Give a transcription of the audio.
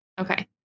Okay